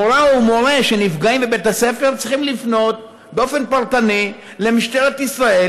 מורה או מורה שנפגעים בבית הספר צריכים לפנות באופן פרטני למשטרת ישראל,